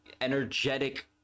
energetic